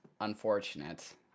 unfortunate